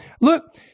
Look